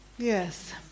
Yes